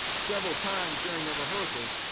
several times during their rehearsals,